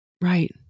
Right